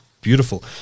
beautiful